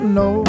no